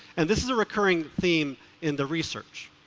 and this is a recurring theme in the research.